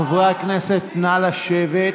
חברי הכנסת, נא לשבת.